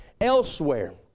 elsewhere